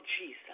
Jesus